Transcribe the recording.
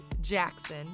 Jackson